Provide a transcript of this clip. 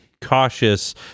cautious